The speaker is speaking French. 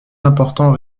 important